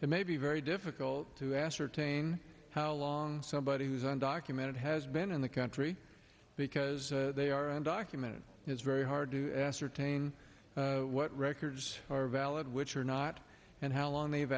it may be very difficult to ascertain how long somebody who's undocumented has been in the country because they are undocumented it's very hard to ascertain what records are valid which are not and how long they've